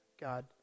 God